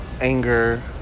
anger